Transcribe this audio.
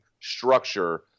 structure